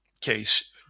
case